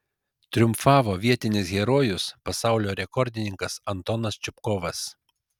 triumfavo vietinis herojus pasaulio rekordininkas antonas čupkovas